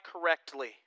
correctly